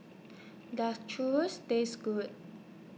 Does Churros Taste Good